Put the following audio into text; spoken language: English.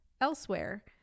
elsewhere